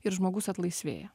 ir žmogus atlaisvėja